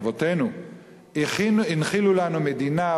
אבותינו הנחילו לנו מדינה,